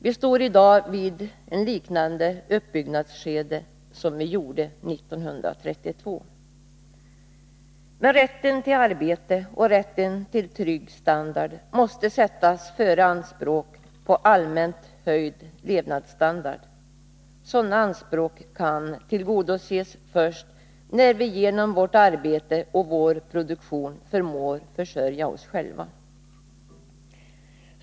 Vi står i dag vid ett liknande uppbyggnadsskede som vi gjorde 1932. Rätten till arbete och rätten till trygg standard måste sättas före anspråk på allmänt höjd levnadsstandard. Sådana anspråk kan tillgodoses först när vi genom vårt arbete och vår produktion förmår försörja oss själva.